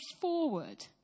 forward